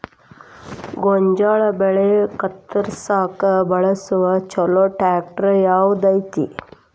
ಗೋಂಜಾಳ ಬೆಳೆ ಕತ್ರಸಾಕ್ ಬಳಸುವ ಛಲೋ ಟ್ರ್ಯಾಕ್ಟರ್ ಯಾವ್ದ್ ಐತಿ?